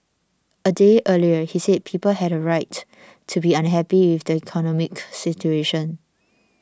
a day earlier he said people had a right to be unhappy with the economic situation